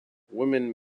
women